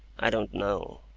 i don't know.